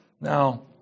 Now